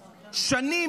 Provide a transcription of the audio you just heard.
שנים,